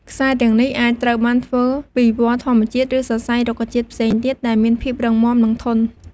ខ្សែទាំងនេះអាចត្រូវបានធ្វើពីវល្លិ៍ធម្មជាតិ ឬសរសៃរុក្ខជាតិផ្សេងទៀតដែលមានភាពរឹងមាំ និងធន់។